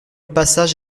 passage